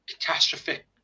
catastrophic